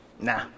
Nah